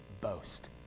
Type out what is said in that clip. boast